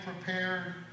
prepared